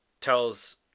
tells